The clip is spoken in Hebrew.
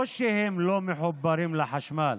לא שהם לא מחוברים לחשמל,